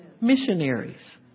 missionaries